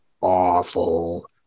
awful